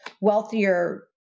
wealthier